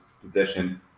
position